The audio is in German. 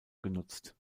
genutzt